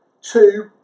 Two